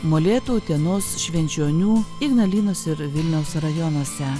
molėtų utenos švenčionių ignalinos ir vilniaus rajonuose